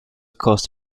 caused